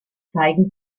zeigen